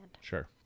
Sure